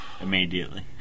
immediately